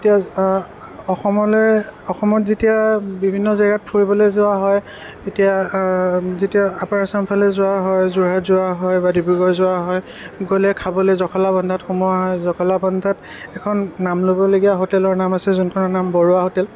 অসমলৈ অসমত যেতিয়া বিভিন্ন জেগাত ফুৰিবলৈ যোৱা হয় যেতিয়া যেতিয়া আপাৰ আসাম ফালে যোৱা হয় যোৰহাট যোৱা হয় বা ডিব্ৰুগড় যোৱা হয় গ'লে খাবলৈ জখলাবন্ধাত সোমোৱা হয় জখলাবন্ধাত এখন নাম ল'বলগীয়া হোটেলৰ নাম আছে যোনখনৰ নাম বৰুৱা হোটেল